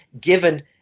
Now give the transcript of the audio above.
given